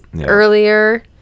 earlier